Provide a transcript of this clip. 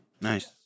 Nice